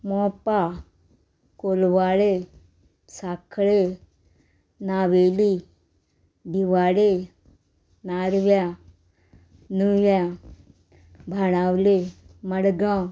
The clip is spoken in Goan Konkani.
मोपा कोलवाळे सांखळे नावेली दिवाडे नारव्या नुव्या भाणावले मडगांव